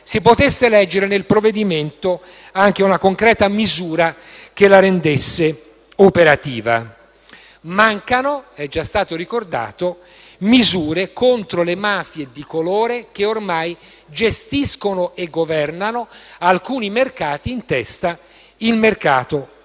si potesse leggere nel provvedimento anche una concreta misura che lo rendesse operativo. Mancano - è già stato ricordato - misure contro le mafie di colore, che ormai gestiscono e governano alcuni mercati, in testa il mercato della